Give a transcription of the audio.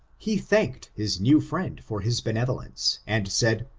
he thanked his new friend for his benevolence, and said,